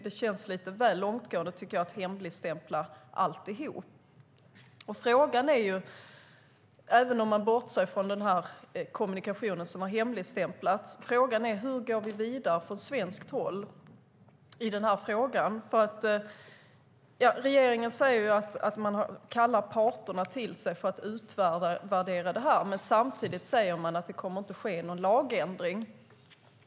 Jag tycker att det är att gå lite väl långt att hemligstämpla allt. Även om vi bortser från den kommunikation som har hemligstämplats är frågan hur vi från svenskt håll går vidare med detta. Regeringen säger att den kallar parterna till sig för att utvärdera detta. Men samtidigt säger den att det inte kommer att ske någon lagändring.